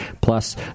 Plus